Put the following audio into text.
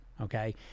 okay